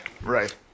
right